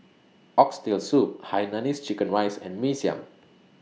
Oxtail Soup Hainanese Chicken Rice and Mee Siam